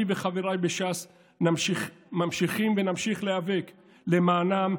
אני וחבריי בש"ס ממשיכים ונמשיך להיאבק למענם,